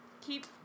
keep